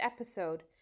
episode